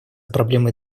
проблемой